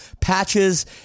patches